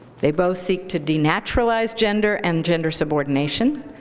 they both seek to denaturalize gender and gender subordination.